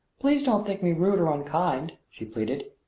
please don't think me rude or unkind, she pleaded.